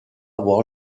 avoir